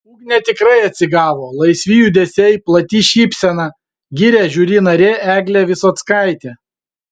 ugnė tikrai atsigavo laisvi judesiai plati šypsena giria žiuri narė eglė visockaitė